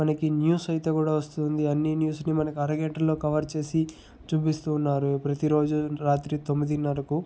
మనకి న్యూస్ అయితే కూడా వస్తుంది అన్నీ న్యూస్ని మనకి అరగంటలో కవర్ చేసి చూపిస్తూ ఉన్నారు ప్రతిరోజు రాత్రి తొమ్మిదిన్నరకు